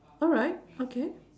alright okay